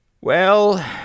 Well